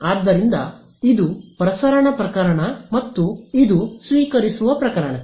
ಆದ್ದರಿಂದ ಇದು ಪ್ರಸರಣ ಪ್ರಕರಣ ಮತ್ತು ಇದು ಸ್ವೀಕರಿಸುವ ಪ್ರಕರಣಕ್ಕೆ